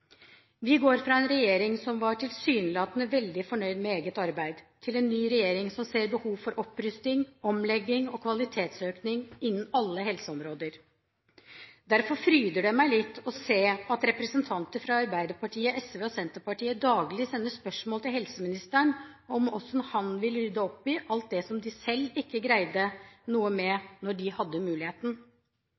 Vi går fra en regjering som tilsynelatende var veldig fornøyd med eget arbeid til en ny regjering som ser behov for opprusting, omlegging og kvalitetsøking innen alle helseområder. Derfor fryder det meg litt å se at representanter fra Arbeiderpartiet, SV og Senterpartiet daglig sender spørsmål til helseministeren om hvordan han vil rydde opp i alt det som de selv ikke greide å gjøre noe med da de hadde muligheten.